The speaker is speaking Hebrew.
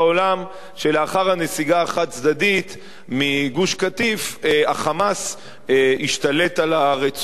שלאחר הנסיגה החד-צדדית מגוש-קטיף ה"חמאס" ישתלט על הרצועה,